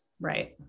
Right